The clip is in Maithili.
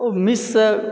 ओ मिस